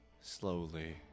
slowly